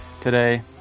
today